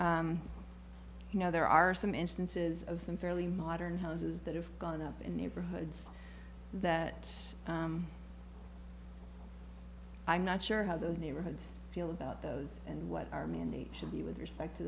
you know there are some instances of some fairly modern houses that have gone up in neighborhoods that i'm not sure how those neighborhoods feel about those and what our mandate should be with respect to